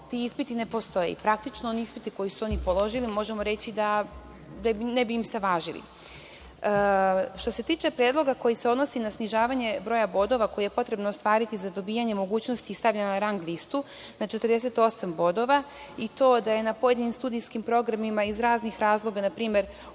ti ispiti ne postoje. Praktično, oni ispiti koje su oni položili, možemo reći da im se ne bi važili. Što se tiče predloga koji se odnosi na snižavanje broja bodova koji je potrebno ostvariti za dobijanje mogućnosti stavljanja na rang listu, na 48 bodova, i to da je na pojedinim studijskim programima iz raznih razloga, npr.